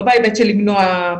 לא בהיבט של למנוע,